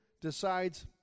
decides